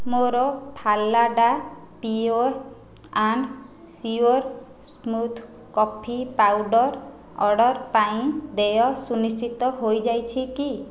ମୋର ଫାଲାଡା pure and sure smooth coffee powder order ପାଇଁ ଦେୟ ସୁନିଶ୍ଚିତ ହୋଇଯାଇଛି କି